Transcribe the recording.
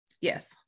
Yes